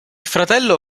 fratello